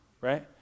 right